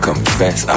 Confess